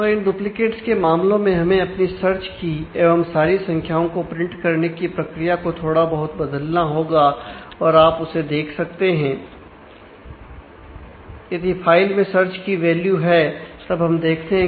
तो इन डुप्लीकेट्स करने की प्रक्रिया को थोड़ा बहुत बदलना होगा और आप उसे देख सकते हैं